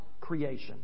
creation